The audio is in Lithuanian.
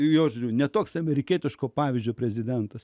jos ne toks amerikietiško pavyzdžio prezidentas